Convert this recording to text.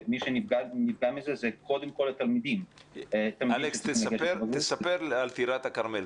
מי שנפגע מזה זה קודם כל התלמידים -- אלכס תספר על טירת הכרמל.